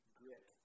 grit